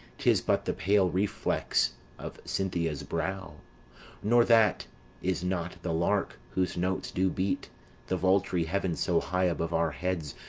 tis but the pale reflex of cynthia's brow nor that is not the lark whose notes do beat the vaulty heaven so high above our heads.